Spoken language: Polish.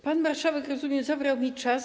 Pan marszałek, rozumiem, zabrał mi czas.